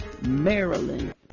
maryland